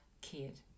kid